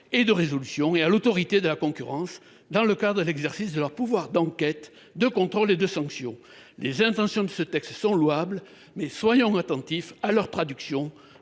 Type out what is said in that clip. et de résolution et à l’Autorité de la concurrence dans le cadre de l’exercice de leurs pouvoirs d’enquête, de contrôle et de sanction. Les intentions des auteurs de ce texte sont louables, mais soyons attentifs à les traduire